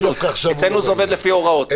אצלנו זה עובד לפי הוראות.